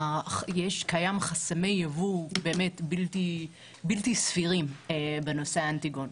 קיימים חסמי יבוא בלתי סבירים בנושא האנטיגן.